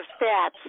stats